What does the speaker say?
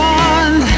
one